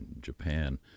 Japan